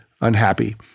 unhappy